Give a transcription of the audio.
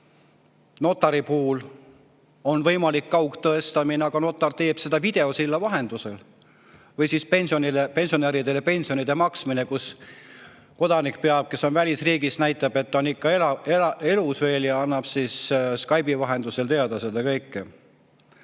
notari puhul on võimalik kaugtõestamine, aga notar teeb seda videosilla vahendusel. Või pensionäridele pensionide maksmine, kus kodanik, kes on välisriigis, näitab, et ta on veel elus, ja annab Skype'i vahendusel seda kõike